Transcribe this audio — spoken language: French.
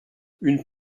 une